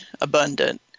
abundant